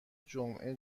جمعه